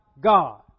God